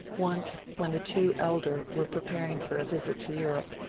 once when the two elder were preparing for a visit to europe,